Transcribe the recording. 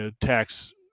tax